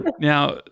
Now